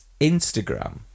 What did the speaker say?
Instagram